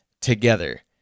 together